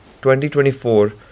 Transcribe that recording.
2024